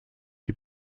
die